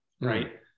right